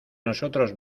nosotros